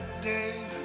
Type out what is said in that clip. day